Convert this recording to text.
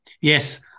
yes